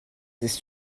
ist